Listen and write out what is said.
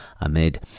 amid